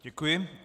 Děkuji.